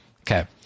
Okay